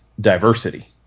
diversity